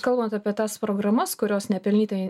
kalbant apie tas programas kurios nepelnytai